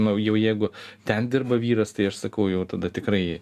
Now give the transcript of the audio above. nu jau jeigu ten dirba vyras tai aš sakau jau tada tikrai